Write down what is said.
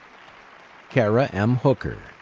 kara m. hooker.